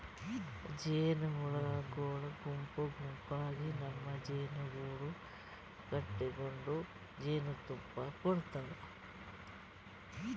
ಜೇನಹುಳಗೊಳ್ ಗುಂಪ್ ಗುಂಪಾಗಿ ತಮ್ಮ್ ಜೇನುಗೂಡು ಕಟಗೊಂಡ್ ಜೇನ್ತುಪ್ಪಾ ಕುಡಿಡ್ತಾವ್